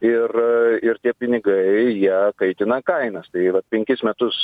ir ir tie pinigai jie kaitina kainas tai va penkis metus